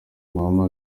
mama